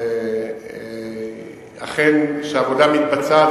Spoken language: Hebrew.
שהעבודה מתבצעת,